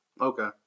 Okay